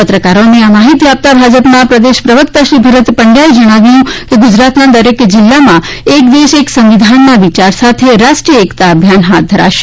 પત્રકારોને આ માહિતી આપતા ભાજપના પ્રદેશ પ્રવક્તા શ્રી ભરત પંડ્યાએ જણાવ્યું કે ગુજરાતના દરેક જિલ્લામાં એક દેશ એક સંવિધનના વિચાર સાથે રાષ્ટ્રીય એકતા અભિયાન હાથ ધરાશે